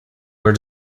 are